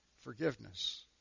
forgiveness